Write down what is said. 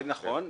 נכון.